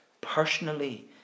personally